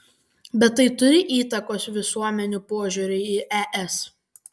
bet tai turi įtakos visuomenių požiūriui į es